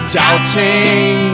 doubting